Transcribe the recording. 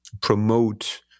promote